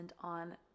on